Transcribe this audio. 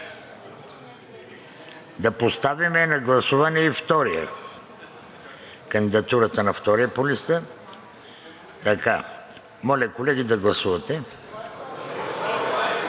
Да поставим на гласуване и кандидатурата на втория по листа. Моля, колеги, да гласувате.